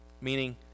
meaning